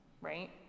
right